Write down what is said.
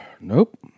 Nope